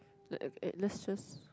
let uh let's just